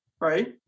Right